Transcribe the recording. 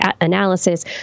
analysis